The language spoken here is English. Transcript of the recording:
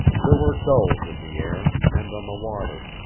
there were gulls in the air, and on the water.